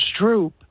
Stroop